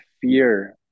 fear